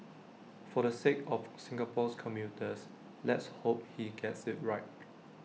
for the sake of Singapore's commuters let's hope he gets IT right